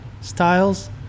styles